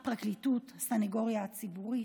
הפרקליטות, הסנגוריה הציבורית,